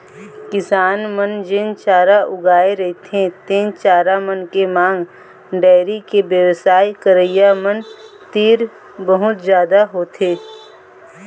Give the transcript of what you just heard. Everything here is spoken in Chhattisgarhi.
किसान मन जेन चारा उगाए रहिथे तेन चारा मन के मांग डेयरी के बेवसाय करइया मन तीर बहुत जादा होथे